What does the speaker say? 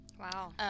Wow